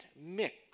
mix